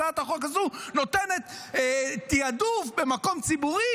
הצעת החוק הזאת נותנת תיעדוף במקום ציבורי.